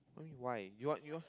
why you want you want